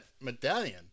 medallion